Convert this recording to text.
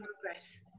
progress